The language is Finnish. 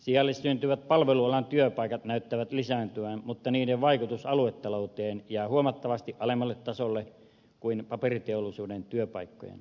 sijalle syntyvät palvelualan työpaikat näyttävät lisääntyvän mutta niiden vaikutus aluetalouteen jää huomattavasti alemmalle tasolle kuin paperiteollisuuden työpaikkojen